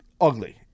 ugly